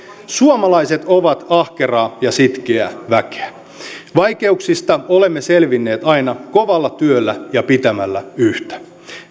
suomalaiset ovat ahkeraa ja sitkeää väkeä vaikeuksista olemme selvinneet aina kovalla työllä ja pitämällä yhtä